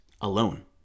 alone